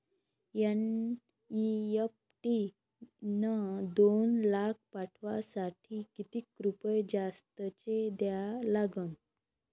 NEFT न दोन लाख पाठवासाठी किती रुपये जास्तचे द्या लागन?